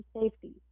safety